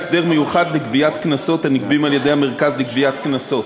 הסדר מיוחד לגביית קנסות הנגבים על-ידי המרכז לגביית קנסות.